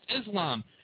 Islam